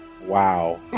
Wow